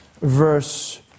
verse